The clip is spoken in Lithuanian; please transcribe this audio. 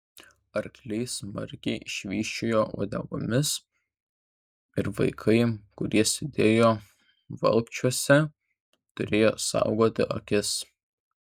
arkliai smarkiai švysčiojo uodegomis ir vaikai kurie sėdėjo valkčiuose turėjo saugoti akis